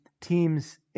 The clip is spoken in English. teams